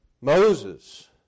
Moses